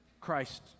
Christ